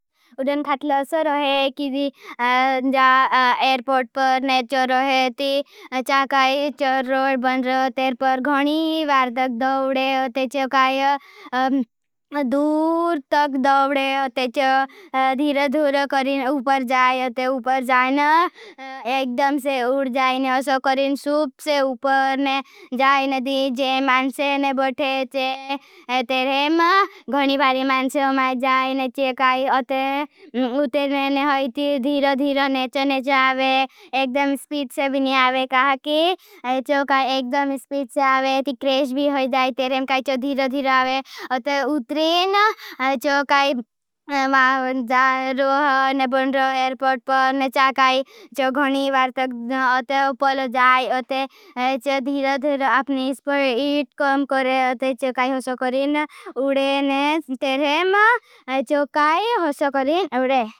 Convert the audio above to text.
उड़न खाटल असर हो है कि जा एर्पोर्ट पर ने चो रो है। ती चा काई चो रोड बन रो। तेर पर घणी वार तक दोड़े। अते चो काई दूर तक दोड़े। अते चो धीर धूर करें उपर जाए। अते उपर जाए न एकड़म से उड़ जाए। न असर करें सूप से उपर ने जाए न दीज़े मांसे न बठेचे। तेर हेम घणी भारी मांसे माई जाए न चेकाई अते उतरने न है। ती धीर धीर नेच नेच आवे। एकड़म स्पीट से भी न आवे क तेर हेम काई। जो धीर धीर आवे अते उतरते जा रोह न बंड्र पर न चाकाई। जो घणी बार से तकते अते उपर जाए। अते जो धीर धीर अपनै इसप्यो इट कउम करें। अते जो काई हो सकरें उड़ेने तेर हेम जो काई हो सकरें उड़े।